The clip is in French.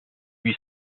huit